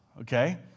Okay